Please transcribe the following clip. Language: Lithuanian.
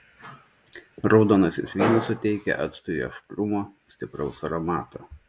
raudonasis vynas suteikia actui aštrumo stipraus aromato